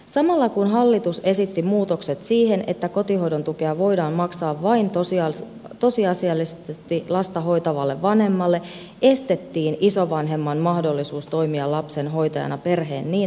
samalla kun hallitus esitti muutokset siihen että kotihoidon tukea voidaan maksaa vain tosiasiallisesti lasta hoitavalle vanhemmalle estettiin isovanhemman mahdollisuus toimia lapsen hoitajana perheen niin halutessa